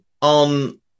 on